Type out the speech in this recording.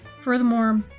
Furthermore